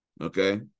Okay